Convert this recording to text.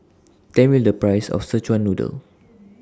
Tell Me The Price of Szechuan Noodle